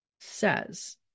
says